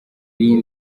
iyi